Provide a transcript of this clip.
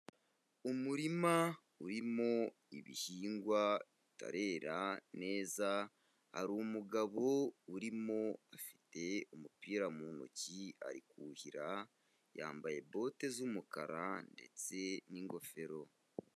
Umurima urimo ibihingwa bitarera neza, hari umugabo urimo afite umupira mu ntoki ari kuhira, yambaye bote z'umukara ndetse n'ingofero.